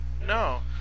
no